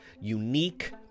unique